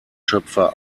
schöpfer